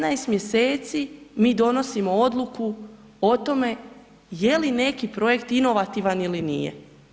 15 mjeseci mi donosimo odluku o tome je li neki projekt inovativan ili nije.